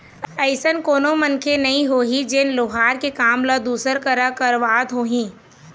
अइसे कोनो मनखे नइ होही जेन लोहार के काम ल दूसर करा करवात होही